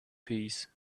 peace